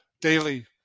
daily